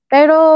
Pero